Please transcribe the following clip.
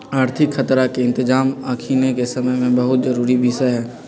आर्थिक खतरा के इतजाम अखनीके समय में बहुते जरूरी विषय हइ